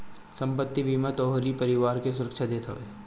संपत्ति बीमा तोहरी परिवार के सुरक्षा देत हवे